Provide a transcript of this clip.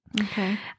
Okay